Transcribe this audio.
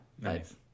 Nice